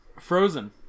Frozen